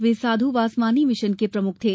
वे Sadhu Vaswani mission के प्रमुख थे